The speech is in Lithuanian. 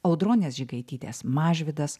audronės žigaitytės mažvydas